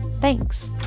Thanks